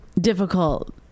Difficult